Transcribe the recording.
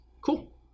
Cool